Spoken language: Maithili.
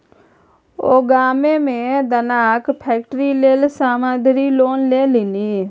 ओ गाममे मे दानाक फैक्ट्री लेल सावधि लोन लेलनि